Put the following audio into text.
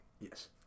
Yes